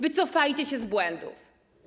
Wycofajcie się z błędów.